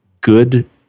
good